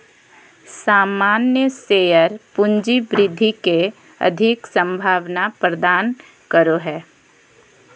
सामान्य शेयर पूँजी वृद्धि के अधिक संभावना प्रदान करो हय